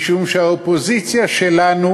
משום שהאופוזיציה שלנו,